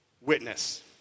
witness